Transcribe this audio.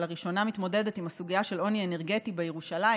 שלראשונה מתמודדת עם הסוגיה של עוני אנרגטי בירושלים,